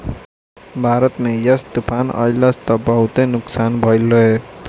भारत में यास तूफ़ान अइलस त बहुते नुकसान भइल रहे